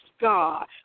God